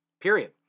Period